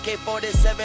AK-47